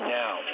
now